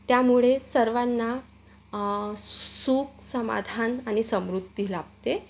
त्यामुळे सर्वांना सुख समाधान आणि समृद्धी लाभते